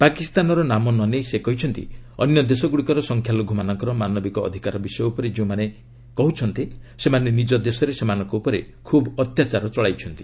ପାକିସ୍ତାନର ନାମ ନ ନେଇ ସେ କହିଛନ୍ତି ଅନ୍ୟ ଦେଶଗୁଡ଼ିକର ସଂଖ୍ୟାଲଘୁମାନଙ୍କ ମାନବିକ ଅଧିକାର ବିଷୟ ଉପରେ ଯେଉଁମାନେ କହୁଛନ୍ତି ସେମାନେ ନିକ ଦେଶରେ ସେମାନଙ୍କ ଉପରେ ଖୁବ୍ ଅତ୍ୟାଚାର ଚଳାଇଛନ୍ତି